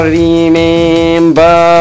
remember